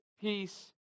peace